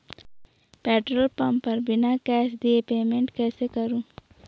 Petrol pump पर बिना cash दिए पेमेंट कैसे करूँ?